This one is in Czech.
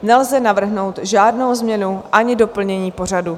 Nelze navrhnout žádnou změnu ani doplnění pořadu.